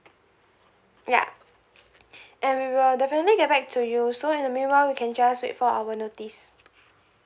ya and we will definitely get back to you so at the meanwhile you can just wait for our notice